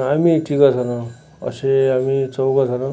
आम्ही तिघंजणं असे आम्ही चौघंजणं